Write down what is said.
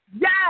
Yes